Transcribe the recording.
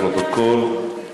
לפרוטוקול,